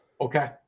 Okay